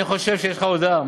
אני חושב שיש לך הודעה.